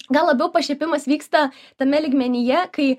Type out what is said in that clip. gal labiau pašiepimas vyksta tame lygmenyje kai